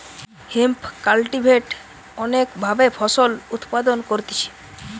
hemp cultivate অনেক ভাবে ফসল উৎপাদন করতিছে